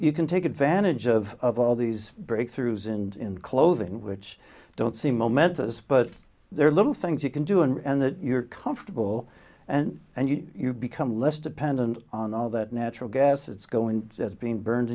you can take advantage of all these breakthroughs and in clothing which don't seem momentous but there are little things you can do and that you're comfortable and and you you become less dependent on all that natural gas is going to being burned